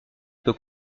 peut